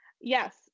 Yes